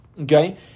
okay